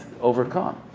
overcome